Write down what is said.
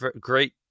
Great